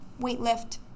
weightlift